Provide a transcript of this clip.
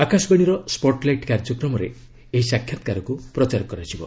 ଆକାଶବାଣୀର ସ୍ୱଟ୍ଲାଇଟ୍ କାର୍ଯ୍ୟକ୍ରମରେ ଏହି ସାକ୍ଷାତକାରକୁ ପ୍ରଚାର କରାଯିବ